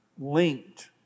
linked